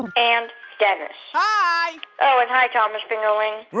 and dennis hi oh. and hi, thomas fingerling